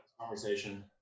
Conversation